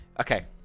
Okay